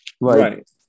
Right